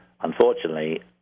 Unfortunately